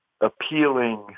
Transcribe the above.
appealing